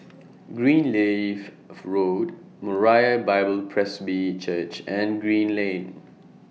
Greenleaf Road Moriah Bible Presby Church and Green Lane